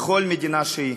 בכל מדינה שהיא.